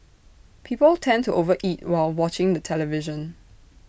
people tend to over eat while watching the television